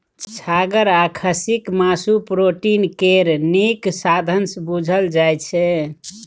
छागर आ खस्सीक मासु प्रोटीन केर नीक साधंश बुझल जाइ छै